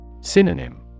Synonym